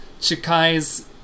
Chikai's